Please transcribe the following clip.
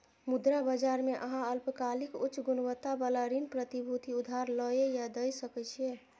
मुद्रा बाजार मे अहां अल्पकालिक, उच्च गुणवत्ता बला ऋण प्रतिभूति उधार लए या दै सकै छी